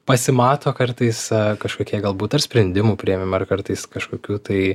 pasimato kartais kažkokie galbūt ar sprendimų priėmime ar kartais kažkokių tai